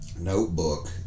notebook